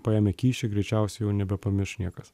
paėmė kyšį greičiausiai jau nebepamirš niekas